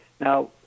now